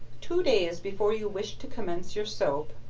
two days before you wish to commence your soap,